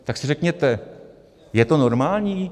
Tak si řekněte, je to normální?